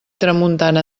tramuntana